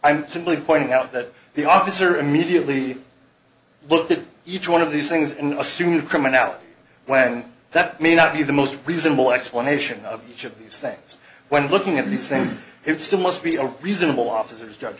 i'm simply pointing out that the officer immediately looked at each one of these things and assumed criminality when that may not be the most reasonable explanation of each of these things when looking at these things it still must be a reasonable officers